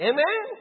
Amen